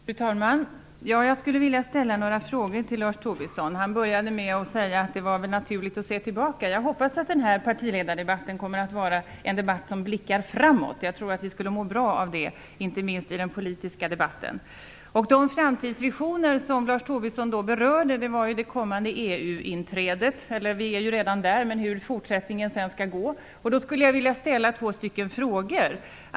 Fru talman! Jag skulle vilja ställa några frågor till Lars Tobisson. Han började med att säga att det var naturligt att se tillbaka. Jag hoppas att den här partiledardebatten kommer att vara en debatt där vi blickar framåt. Jag tror att vi skulle må bra av det, inte minst i den politiska debatten. De framtidsvisioner Lars Tobisson berörde handlade om EU-inträdet. Vi är ju redan där, men frågan är hur fortsättningen skall bli. Jag skulle därför vilja ställa två frågor.